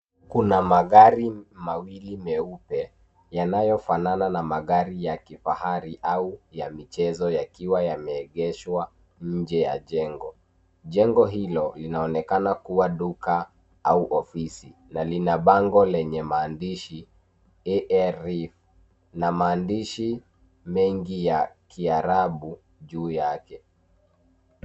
Kuna magari mawili meupe yanayofanana na magari ya kifahari au ya michezo yakiwa yameegeshwa nje ya jengo. Jengo hilo linaonekana kuwa duka au ofisi na lina bango lenye maandishi AI REEF na maandishi mengi ya kiarabu juu yake.